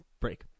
break